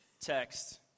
text